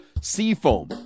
Seafoam